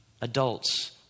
adults